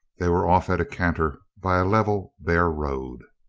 they were off at a canter by a level bare road.